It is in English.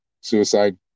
suicide